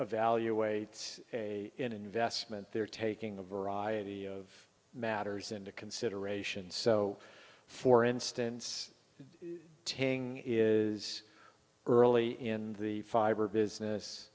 evaluates in investment they're taking a variety of matters into consideration so for instance ting is early in the fiber business